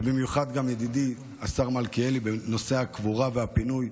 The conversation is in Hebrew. ובמיוחד ידידי השר מלכיאלי בנושא הקבורה והפינוי.